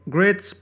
Great